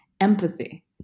Empathy